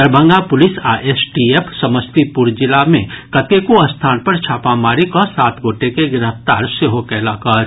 Darbhanga police आ STF Samastipur जिला मे कतेको स्थान पर छापामारी कऽ सात गोटे के गिरफ्तार सेहो कयलक अछि